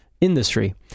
industry